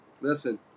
Listen